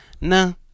no